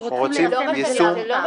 אנחנו רוצים ליישם את זה --- אנחנו רוצים